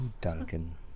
Duncan